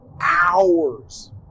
hours